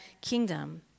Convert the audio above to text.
kingdom